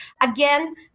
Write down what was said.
Again